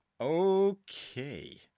Okay